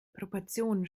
proportionen